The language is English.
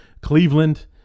Cleveland